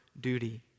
duty